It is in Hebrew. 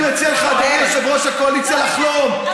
אני מציע לך, יושב-ראש הקואליציה, לחלום.